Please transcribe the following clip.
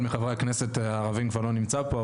מחברי הכנסת הערבים כבר לא נמצא פה,